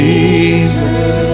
Jesus